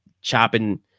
chopping